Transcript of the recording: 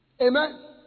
Amen